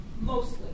mostly